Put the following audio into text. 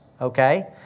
Okay